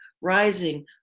rising